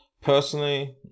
personally